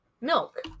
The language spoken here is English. Milk